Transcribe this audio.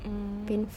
mm